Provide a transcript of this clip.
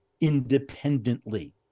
independently